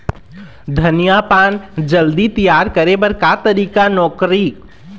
धनिया पान जल्दी तियार करे बर का तरीका नोकरी?